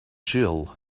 jill